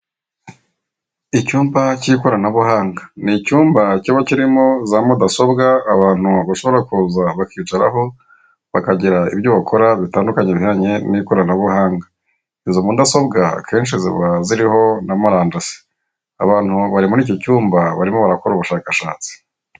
Icyumba cy'ikoranabuhanga. Ni icyumba kiba kirimo za mudasobwa abantu bashobora kuza bakicaraho bakagira ibyo bakora, bitandukanye bijyanye n'ikoranabuhanga, izo mudasobwa kenshi zihora ziriho na murandasi, abantu bari muri icyo cyumba barimo barakora ubushakashatsi.